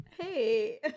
hey